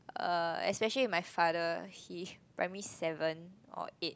uh especially my father he primary seven or eight